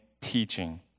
teaching